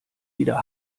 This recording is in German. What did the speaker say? wieder